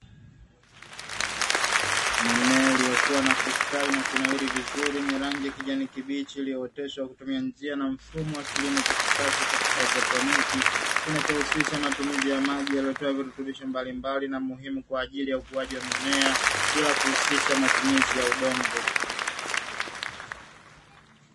Mimea ilikuwa na kustawi na kunawiri vizuri yenye rangi ya kijani kibichi iliyooteshwa kwa kutumia njia na mfumo wa kilimo cha kisasa cha kihaidroponi, kinachohusisha matumizi ya maji yaliyotiwa virutubisho mbalimabali kwa ajili ya ukuaji wa mimea bila kuhusisha matumizi ya udongo.